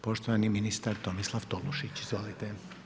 Poštovani ministar Tomislav Tolušić, izvolite.